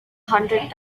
hundred